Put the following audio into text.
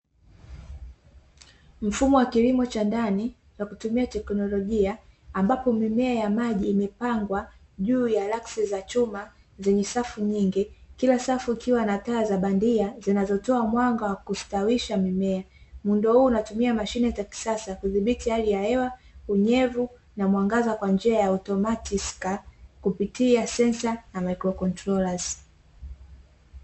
Mfumo wa kilimo cha ndani kwa kutumia teknolojia, ambapo mimea ya maji imepangwa juu ya laski za chuma zenye safu nyingi, kila safu ikiwa na taa za bandia zinazotoa mwanga wa kustawisha mimea, muundo huu unatumia mashine za kisasa kudhibiti hali ya hewa, unyevu na mwangaza kwa njia ya automatimatikisa kupitia sensa na mikro kontrolazi.